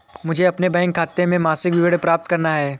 मुझे अपने बैंक खाते का मासिक विवरण प्राप्त करना है?